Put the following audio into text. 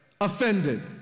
offended